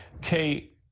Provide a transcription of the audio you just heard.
Kate